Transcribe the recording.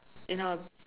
in her